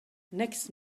next